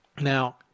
Now